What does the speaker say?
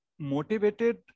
Motivated